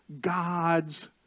God's